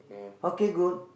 okay good